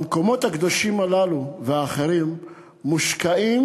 במקומות הקדושים הללו ואחרים מושקעים